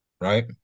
right